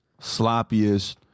sloppiest